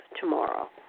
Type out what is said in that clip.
tomorrow